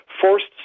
forced